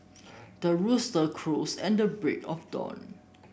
the rooster crows at the break of dawn